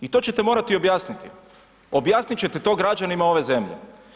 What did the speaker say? I to ćete morati objasniti, objasnit ćete to građanima ove zemlje.